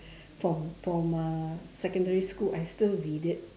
from from uh secondary school I still read it